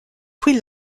puis